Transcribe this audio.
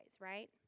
right